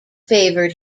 favored